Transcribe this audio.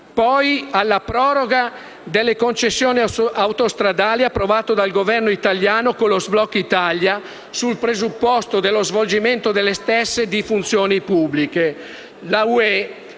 alla proroga delle concessioni autostradali, approvata dal Governo italiano con lo sblocca Italia, sul presupposto dello svolgimento da parte delle stesse di funzioni pubbliche.